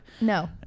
No